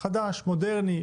חדש ומודרני,